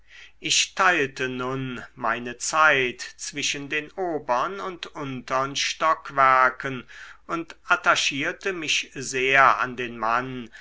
ich teilte nun meine zeit zwischen den obern und untern stockwerken und attachierte mich sehr an den mann